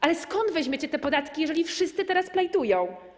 Ale skąd weźmiecie te podatki, jeżeli wszyscy teraz plajtują?